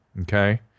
okay